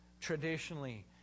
traditionally